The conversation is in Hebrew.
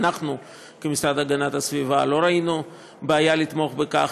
אנחנו כמשרד להגנת הסביבה לא ראינו בעיה לתמוך בכך,